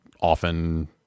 often